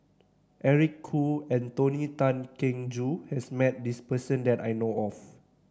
Eric Khoo and Tony Tan Keng Joo has met this person that I know of